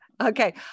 okay